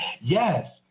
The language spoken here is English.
Yes